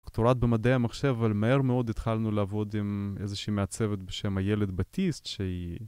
דוקטורט במדעי המחשב, אבל מהר מאוד התחלנו לעבוד עם איזושהי מעצבת בשם איילת בטיסט שהיא...